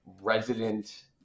resident